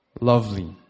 lovely